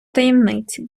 таємниці